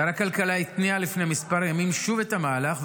שר הכלכלה התניע לפני כמה ימים שוב את המהלך,